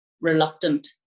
reluctant